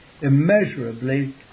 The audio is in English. immeasurably